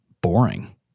boring